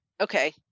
Okay